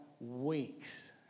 weeks